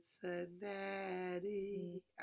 Cincinnati